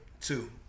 Two